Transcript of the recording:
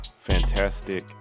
fantastic